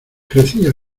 crecía